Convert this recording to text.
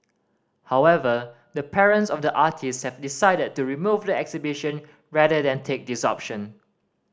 however the parents of the artists have decided to remove the exhibition rather than take this option